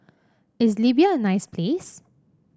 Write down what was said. is Libya a nice place